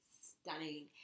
stunning